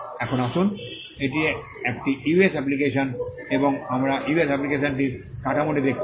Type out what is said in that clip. এখন আসুন এটি একটি US অ্যাপ্লিকেশন এবং আমরা US অ্যাপ্লিকেশনটির কাঠামোটি দেখেছি